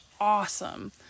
awesome